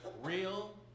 Real